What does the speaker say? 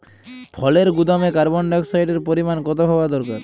ফলের গুদামে কার্বন ডাই অক্সাইডের পরিমাণ কত হওয়া দরকার?